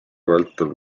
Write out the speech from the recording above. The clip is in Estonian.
vältel